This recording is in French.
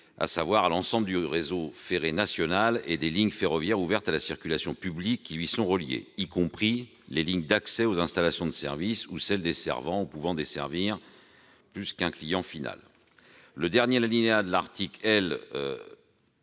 sur l'ensemble du réseau ferré national et des lignes ferroviaires ouvertes à la circulation publique qui y sont reliées, y compris les lignes d'accès aux installations de service et les lignes pouvant desservir plus d'un client final. Néanmoins, le dernier alinéa de l'article L.